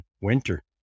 winter